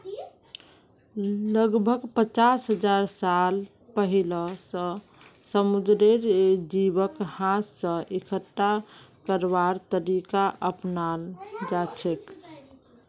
लगभग पचास हजार साल पहिलअ स समुंदरेर जीवक हाथ स इकट्ठा करवार तरीका अपनाल जाछेक